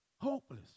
hopeless